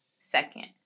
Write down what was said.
second